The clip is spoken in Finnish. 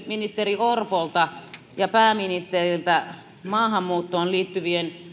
ministeri orpolta ja pääministeriltä maahanmuuttoon liittyvien